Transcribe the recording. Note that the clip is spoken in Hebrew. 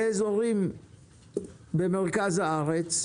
באזורים במרכז הארץ,